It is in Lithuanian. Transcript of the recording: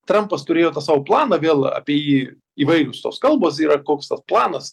trampas turėjo tą savo planą vėl apie jį įvairios tos kalbos yra koks tas planas